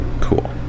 Cool